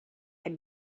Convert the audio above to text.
had